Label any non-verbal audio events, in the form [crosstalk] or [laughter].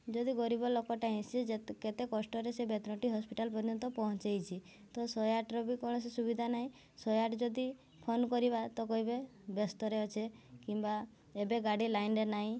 ଯଦି ଗରିବ ଲୋକଟାଏ ସିଏ [unintelligible] କେତେ କଷ୍ଟରେ ସେ ବେତନଟୀ ହସ୍ପିଟାଲ୍ ପର୍ଯ୍ୟନ୍ତ ପହଞ୍ଚାଇଛି ତ ଶହେ ଆଠର ବି କୌଣସି ସୁବିଧା ନାହିଁ ଶହେ ଆଠ ଯଦି ଫୋନ୍ କରିବା ତ କହିବେ ବ୍ୟସ୍ତରେ ଅଛି କିମ୍ବା ଏବେ ଗାଡ଼ି ଲାଇନ୍ରେ ନାଇଁ